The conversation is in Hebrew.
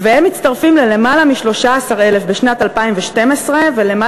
והם מצטרפים ללמעלה מ-13,000 בשנת 2012 וללמעלה